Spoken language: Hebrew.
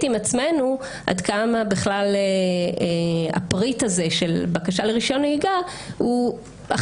עם עצמנו עד כמה בכלל הפריט הזה של בקשה לרישיון נהיגה אכן